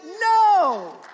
no